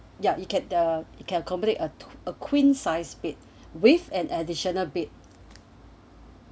ya it can it can accommodate a a queen size bed with an additional bed